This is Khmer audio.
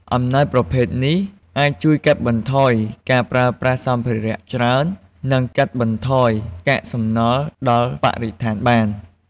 អំណោយប្រភេទនេះ អាចជួយកាត់បន្ថយការប្រើប្រាស់សម្ភារៈច្រើន និងកាត់បន្ថយកាកសំណល់ដល់បរិស្ថានបាន។